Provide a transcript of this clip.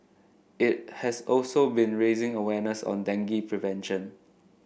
it has also been raising awareness on dengue prevention